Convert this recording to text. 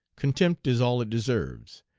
contempt is all it deserves.